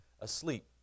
asleep